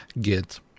get